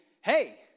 hey